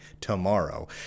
tomorrow